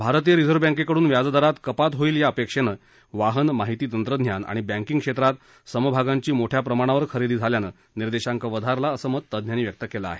भारतीय रिझर्व बँकेकड्न व्याजदरात कपात होईल या अपेक्षेनं वाहन माहिती तंत्रज्ञान आणि बँकिंग क्षेत्रात समभागांची मोठ्या प्रमाणावर खरेदी झाल्यानं निर्देशांक वधारला असं मत तज्ञांनी व्यक्त केलं आहे